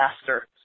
faster